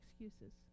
excuses